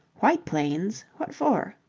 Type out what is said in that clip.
white plains? what for?